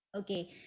Okay